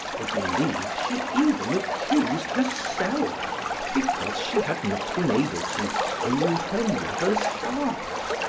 i believe she even accused herself because she had not been able to hold her lover's heart,